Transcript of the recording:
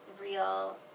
real